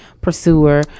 pursuer